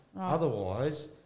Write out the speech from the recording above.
Otherwise